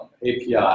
API